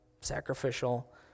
sacrificial